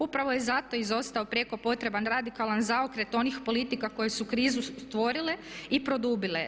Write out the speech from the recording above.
Upravo je zato izostao prijeko potreban radikalan zaokret onih politika koje su krizu stvorile i produbile.